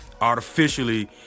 artificially